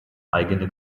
eigene